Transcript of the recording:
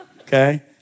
Okay